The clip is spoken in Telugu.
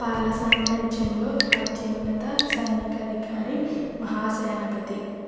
పాలా సామ్రాజ్యంలో అత్యున్నత సైనికాధికారి మహాసేనాపతి